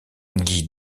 guy